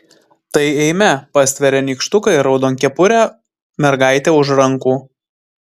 tai eime pastveria nykštuką ir raudonkepurę mergaitę už rankų